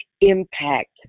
impact